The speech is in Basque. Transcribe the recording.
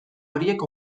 horiek